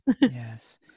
Yes